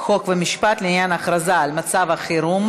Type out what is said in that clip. חוק ומשפט לעניין הכרזה על מצב החירום.